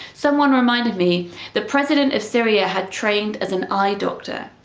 someone reminded me the president of syria had trained as an eye doctor.